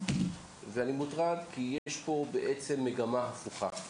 אני מוטרד כי יש פה, בעצם, מגמה הפוכה: